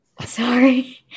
Sorry